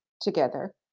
together